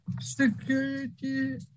security